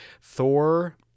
Thor